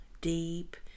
deep